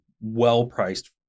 well-priced